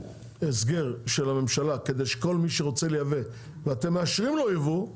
הסגר של הממשלה כדי שכל מי שרוצה לייבא ואתם מאשרים לו יבוא,